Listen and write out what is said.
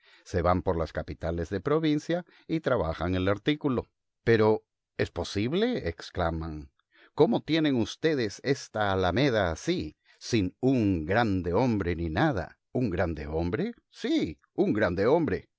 se van por las capitales de provincia y trabajan el artículo pero es posible exclaman cómo tienen ustedes esta alameda así sin un grande hombre ni nada un grande hombre sí un grande hombre